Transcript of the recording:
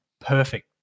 perfect